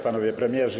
Panowie Premierzy!